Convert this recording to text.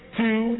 two